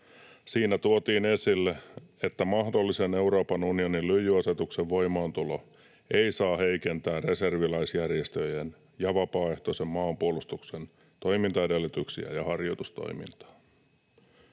Siinä tuotiin esille, että mahdollisen Euroopan unionin lyijyasetuksen voimaantulo ei saa heikentää reserviläisjärjestöjen ja vapaaehtoisen maanpuolustuksen toimintaedellytyksiä ja harjoitustoimintaa.